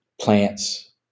Plants